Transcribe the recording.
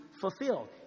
fulfilled